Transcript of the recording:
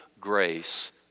grace